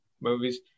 movies